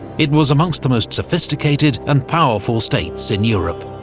it was amongst the most sophisticated and powerful states in europe.